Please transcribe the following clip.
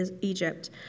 Egypt